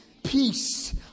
peace